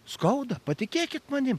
skauda patikėkit manim